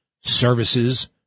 services